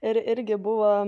ir irgi buvo